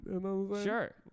Sure